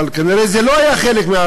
אבל כנראה לא היה חלק,